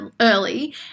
early